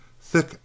thick